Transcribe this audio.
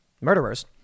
murderers